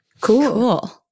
Cool